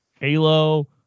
Halo